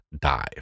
Dive